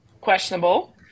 Questionable